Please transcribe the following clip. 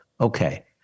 Okay